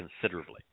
considerably